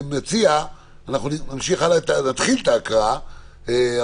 נתחיל את ההקראה,